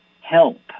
help